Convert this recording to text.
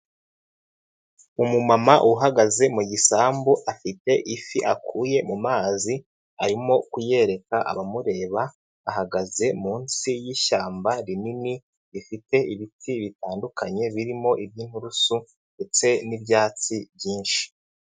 Umumama uhagaze mu gisambu afite ifi akuye mu mazi arimo kuyereka abamureba, ahagaze munsi y'ishyamba rinini rifite ibiti bitandukanye birimo iby'inturusu ndetse n'ibyatsi byinshi.